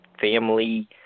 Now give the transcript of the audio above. family